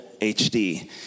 HD